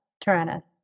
Tyrannus